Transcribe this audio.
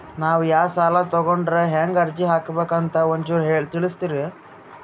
ನಾವು ಯಾ ಸಾಲ ತೊಗೊಂಡ್ರ ಹೆಂಗ ಅರ್ಜಿ ಹಾಕಬೇಕು ಅಂತ ಒಂಚೂರು ತಿಳಿಸ್ತೀರಿ?